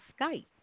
Skype